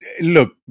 Look